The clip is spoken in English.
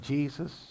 Jesus